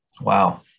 Wow